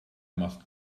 must